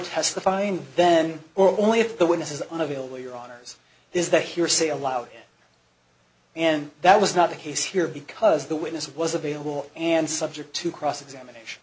testifying then or only if the witness is unavailable your honour's is that hearsay allowed and that was not the case here because the witness was available and subject to cross examination